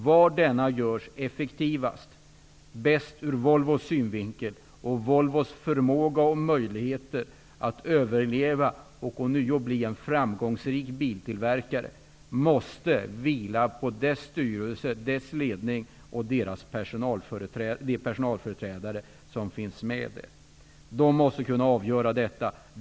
Var denna görs effektivast och bäst ur Volvos synvinkel och med hänsyn till Volvos förmåga och möjligheter att överleva och ånyo bli en framgångsrik biltillverkare måste dess styrelse, dess ledning och dess personalföreträdare avgöra.